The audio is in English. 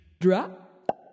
Drop